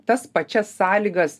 tas pačias sąlygas